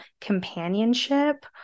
companionship